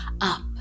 up